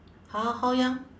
how how young